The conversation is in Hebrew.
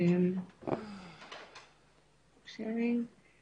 זה קשור לממשק מאוד מאוד ישן ומיושן,